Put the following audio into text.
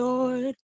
Lord